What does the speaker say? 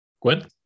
Gwen